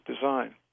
design